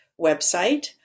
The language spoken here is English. website